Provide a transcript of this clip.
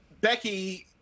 Becky